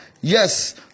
Yes